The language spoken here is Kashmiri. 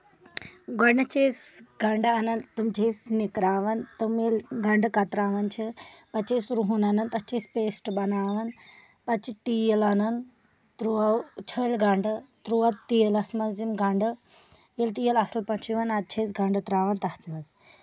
گۄڈٕنیٚتھ چھِ أسۍ گنٛڈٕ اَنان تِم چھِ أسۍ نَکراوان تِم ییٚلہِ گنٛڈٕ کَتراوان چھِ پَتہٕ چھِ أسۍ رُہن اَنان تَتھ چھِ أسۍ پیٚسٹ بناوان پَتہٕ چھِ تیٖل اَنان تروو چھٔلۍ گنٛڈٕ تروو تیٖلس منٛز یِم گنٛڈٕ ییٚلہِ تیٖل اصٕل پٲٹھۍ چُھ یِوان اَدٕ چھِ أسۍ گنٛڈٕ تراوان تَتھ منٛز